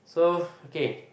so okay